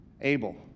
Abel